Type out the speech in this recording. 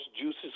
juices